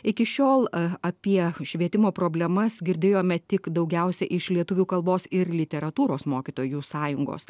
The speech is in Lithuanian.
iki šiol apie švietimo problemas girdėjome tik daugiausia iš lietuvių kalbos ir literatūros mokytojų sąjungos